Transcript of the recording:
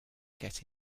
get